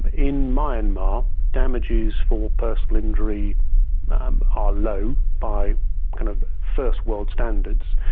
in myanmar damages for personal injury are low by kind of first world standards,